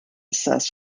ses